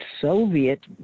Soviet